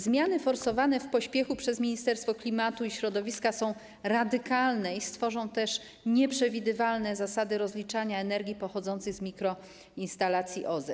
Zmiany forsowane w pośpiechu przez Ministerstwo Klimatu i Środowiska są radykalne i stworzą też nieprzewidywalne zasady rozliczania energii pochodzącej z mikroinstalacji OZE.